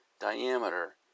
diameter